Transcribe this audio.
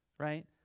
Right